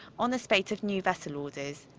on a spate of new vessel orders.